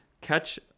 catch